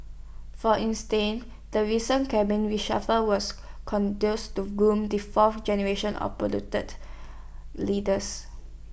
for instance the recent cabinet reshuffle was conduced to groom the fourth generation of polluted leaders